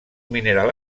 mineral